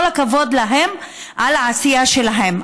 כל הכבוד להם על העשייה שלהם,